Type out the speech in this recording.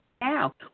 now